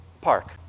park